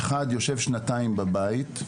אחד יושב שנתיים בבית,